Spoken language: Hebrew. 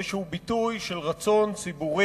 כאיזשהו ביטוי של רצון ציבורי,